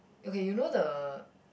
okay you know the